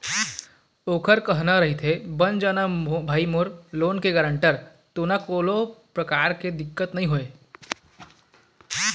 ओखर कहना रहिथे बन जाना भाई मोर लोन के गारेंटर तोला कोनो परकार के दिक्कत नइ होवय